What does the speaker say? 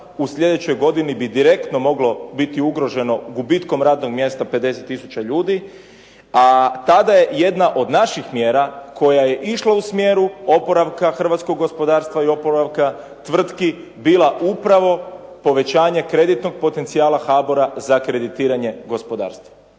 u sljedećoj godini bi direktno moglo biti ugroženo gubitkom radnog mjesta 50 tisuća ljudi, a tada je jedna od naših mjera koja je išla u smjeru oporavka hrvatskog gospodarstva i oporavka tvrtki bila upravo povećanje kreditnog potencijala HBOR-a za kreditiranje gospodarstava.